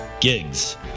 Gigs